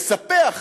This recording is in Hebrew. לספח